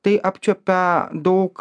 tai apčiuopia daug